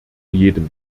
jedem